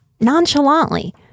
nonchalantly